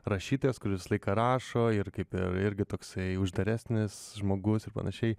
rašytojas kur visą laiką rašo ir kaip irgi toksai uždaresnis žmogus ir panašiai